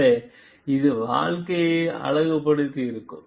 எனவே அது வாழ்க்கையை அழகு படுத்தியிருக்கும்